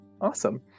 Awesome